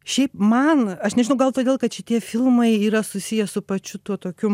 šiaip man aš nežinau gal todėl kad šitie filmai yra susiję su pačiu tuo tokiu